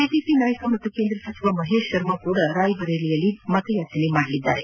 BJP ನಾಯಕ ಹಾಗೂ ಕೇಂದ್ರ ಸಚಿವ ಮಹೇಶ್ ಶರ್ಮಾ ಕೂಡ ರಾಯ್ಬರೇಲಿಯಲ್ಲಿ ಮತಯಾಚನೆ ಮಾಡಲಿದ್ದಾರೆ